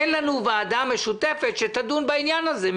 אין לנו ועדה משותפת שתדון בעניין הזה,